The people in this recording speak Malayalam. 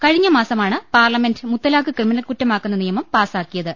കഴിഞ്ഞമാസമാണ് പാർലമെന്റ് മുത്തലാഖ് ക്രിമിനൽകുറ്റമാക്കുന്ന നിയമം പാസ്സാക്കിയത്